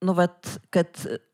nu vat kad